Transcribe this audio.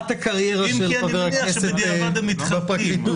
אם כי אני מניח שבדיעבד הם מתחרטים...